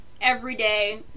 everyday